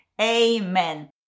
Amen